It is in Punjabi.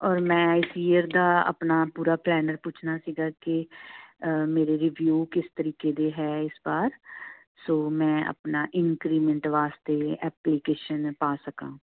ਔਰ ਮੈਂ ਇਸ ਈਅਰ ਦਾ ਆਪਣਾ ਪੂਰਾ ਪਲੈਨਰ ਪੁੱਛਣਾ ਸੀਗਾ ਕਿ ਮੇਰੇ ਰਿਵਿਊ ਕਿਸ ਤਰੀਕੇ ਦੇ ਹੈ ਇਸ ਬਾਰ ਸੋ ਮੈਂ ਆਪਣਾ ਇੰਕਰੀਮੈਂਟ ਵਾਸਤੇ ਐਪਲੀਕੇਸ਼ਨ ਪਾ ਸਕਾਂ